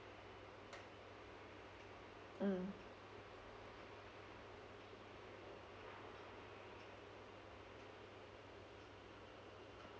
mm